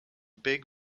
big